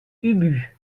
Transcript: ubu